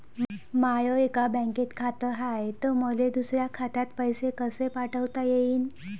माय एका बँकेत खात हाय, त मले दुसऱ्या खात्यात पैसे कसे पाठवता येईन?